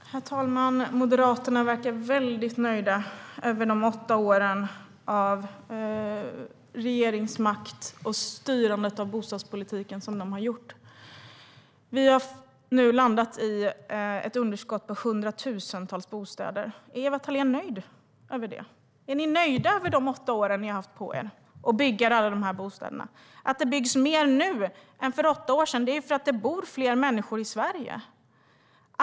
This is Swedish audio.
Herr talman! Moderaterna verkar väldigt nöjda med hur de styrde bostadspolitiken under sina åtta år vid regeringsmakten, trots att vi har ett underskott på hundratusentals bostäder. Är du, Ewa Thalén Finné, nöjd med det ni gjorde för bostadsbyggandet under dessa åtta år? Att det byggs mer nu än det gjorde för åtta år sedan är för att det bor fler människor i Sverige.